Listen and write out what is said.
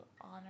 honor